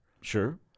Sure